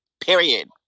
Period